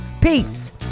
Peace